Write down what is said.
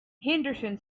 henderson